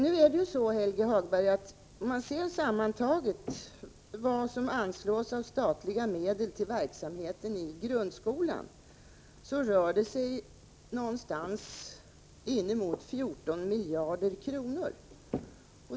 Om man ser, Helge Hagberg, vad som sammantaget anslås av statliga medel till verksamheten i grundskolan, finner man att det rör sig om inemot 14 miljarder kronor.